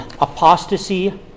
apostasy